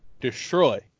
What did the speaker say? destroy